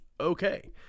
okay